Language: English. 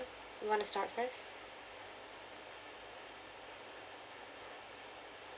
you want to start first